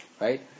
right